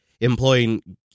employing